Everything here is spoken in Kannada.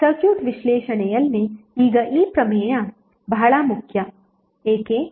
ಸರ್ಕ್ಯೂಟ್ ವಿಶ್ಲೇಷಣೆಯಲ್ಲಿ ಈಗ ಈ ಪ್ರಮೇಯ ಬಹಳ ಮುಖ್ಯ ಏಕೆ